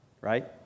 Right